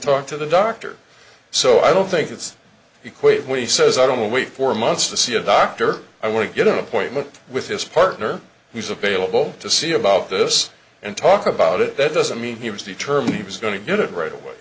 talk to the doctor so i don't think it's equate when he says i don't wait four months to see a doctor i want to get an appointment with his partner who's available to see about this and talk about it that doesn't mean he was determined he was going to get it right away